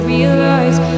Realize